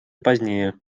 позднее